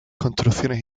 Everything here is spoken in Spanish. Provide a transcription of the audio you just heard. construcciones